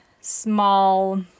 small